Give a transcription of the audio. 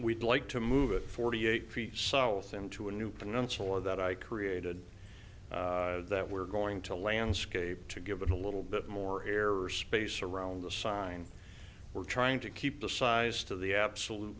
we'd like to move it forty eight feet south into a new peninsula that i created that we're going to landscape to give it a little bit more air or space around the sign we're trying to keep the size to the absolute